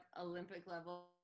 Olympic-level